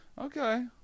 Okay